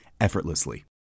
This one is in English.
effortlessly